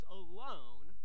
alone